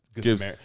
Gives